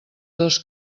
dos